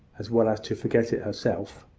as well as to forget it herself.